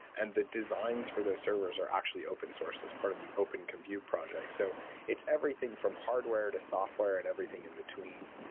and the designs for those servers are actually open-sources. it's part of the open compute project. so it's everything from hardware to software and everything in between.